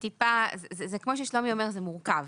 כמו ששלומי אומר זה מורכב,